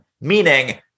Meaning